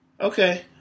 Okay